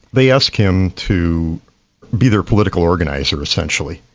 they ask him to be their political organiser, essentially.